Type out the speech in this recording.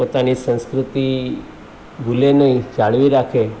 પોતાની સંસ્કૃતિ ભૂલે નહીં જાળવી રાખે